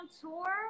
tour